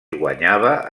guanyava